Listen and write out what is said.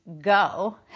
go